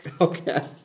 Okay